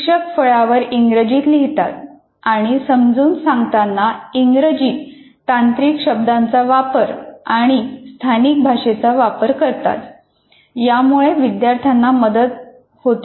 शिक्षक फळ्यावर इंग्रजीत लिहितात आणि समजावून सांगताना इंग्रजी तांत्रिक शब्दांचा वापर आणि स्थानिक भाषेचा वापर करतात यामुळे विद्यार्थ्यांना मदतच होते